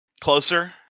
Closer